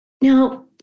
Now